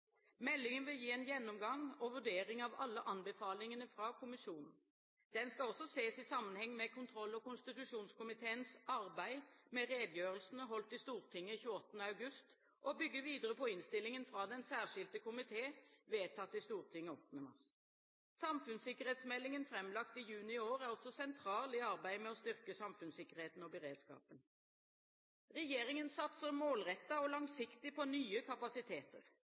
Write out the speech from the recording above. Meldingen vil gi en gjennomgang og vurdering av alle anbefalingene fra kommisjonen. Den skal også ses i sammenheng med kontroll- og konstitusjonskomiteens arbeid med redegjørelsene holdt i Stortinget 28. august, og bygge videre på innstillingen fra Den særskilte komité, vedtatt i Stortinget 8. mars. Samfunnssikkerhetsmeldingen framlagt i juni i år er også sentral i arbeidet med å styrke samfunnssikkerheten og beredskapen. Regjeringen satser målrettet og langsiktig på nye kapasiteter.